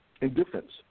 indifference